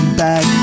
back